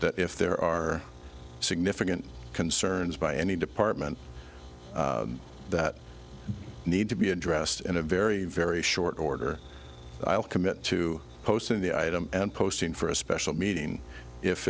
that if there are significant concerns by any department that need to be addressed in a very very short order i'll commit to posting the item and posting for a special meeting if